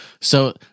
So-